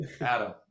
Adam